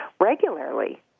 regularly